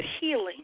healing